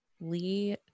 Lee